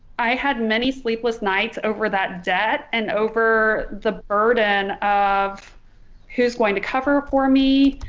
i had many sleepless nights over that debt and over the burden of who's going to cover for me.